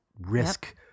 risk